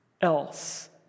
else